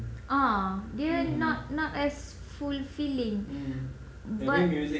ah dia not not as fulfilling but